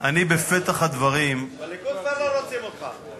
גם בליכוד כבר לא רוצים אותך.